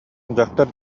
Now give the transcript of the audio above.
дьахтар